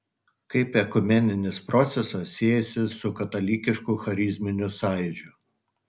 kaip ekumeninis procesas siejasi su katalikišku charizminiu sąjūdžiu